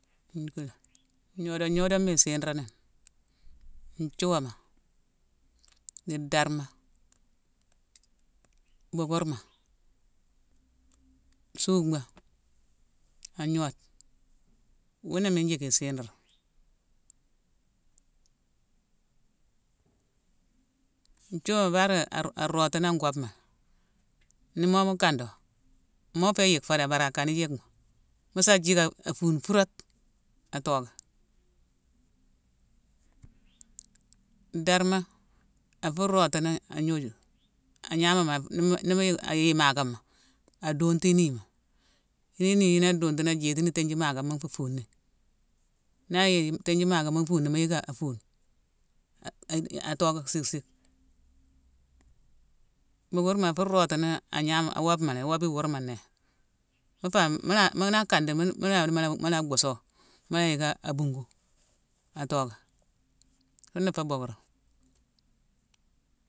Gnodone-gnodone ma isirani: nthiowama, di darma, beukkeurma, suuckma agnode; wuuna mine jick isirani. Nthiowama bari a-a arotini an gobma, ni mo mu kando, mo fé yick fo bari akane yick mo; mussa jick afune furate, atocké. Darma, afurotini agnojuma, agnamama, nimu-nimu ayeye maakama, aduntu inima; yuni iniyune aduntini, ajétini tin njima maakama nfu funi. Na yeye tin njima maakama nfuni, mu yick afune, a-a-a tocké sick-sick. Beukkeurma afu rotini a-gna, awobma, iwobe iwurma né. Mufa-mula-a-a, di mula-mula bhusso, mula yick abungu, atocké, funa fé beukkeurma.